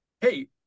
hey